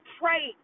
pray